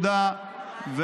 ישר יקבל גם רישיון עריכת דין.